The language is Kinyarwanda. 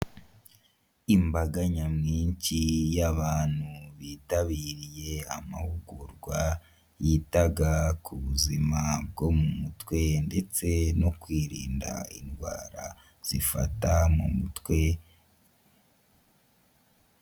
Imbaga nyamwinshi y'abantu bitabiriye amahugurwa yitaga ku buzima bwo mu mutwe, ndetse no kwirinda indwara zifata mu mutwe.